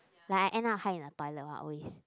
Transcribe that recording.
like I end up hide in a toilet one always